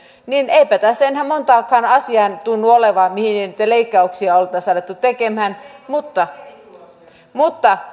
eipä tässä enää montaakaan asiaa tunnu olevan mihin niitä leikkauksia ei oltaisi alettu tekemään mutta mutta